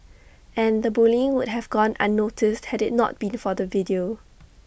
and the bullying would have gone unnoticed had IT not been for the video